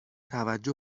توجه